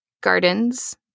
gardens